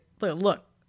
look